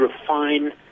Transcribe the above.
refine